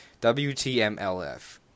WTMLF